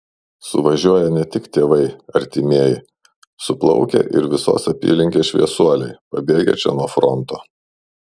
suvažiuoja ne tik tėvai artimieji suplaukia ir visos apylinkės šviesuoliai pabėgę čia nuo fronto